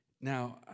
Now